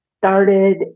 started